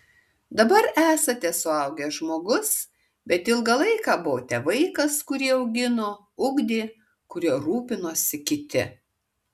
dabar esate suaugęs žmogus bet ilgą laiką buvote vaikas kurį augino ugdė kuriuo rūpinosi kiti